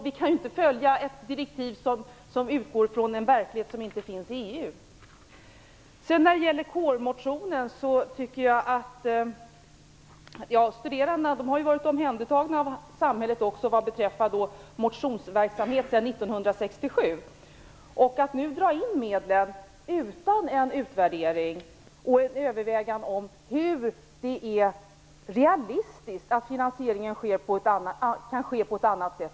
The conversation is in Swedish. Vi kan inte följa ett direktiv som utgår från en verklighet som inte finns. Studerandena har varit omhändertagna av samhället beträffande motionsverksamhet sedan 1967. Att nu dra in medlen utan en utvärdering eller ett övervägande om det är realistiskt att finansieringen sker på ett annat sätt.